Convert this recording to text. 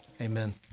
Amen